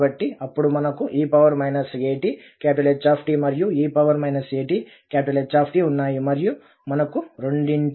కాబట్టి అప్పుడు మనకు e atH మరియు e atHఉన్నాయి మరియు మనకు రెండింటి యొక్క కన్వల్యూషన్ అవసరం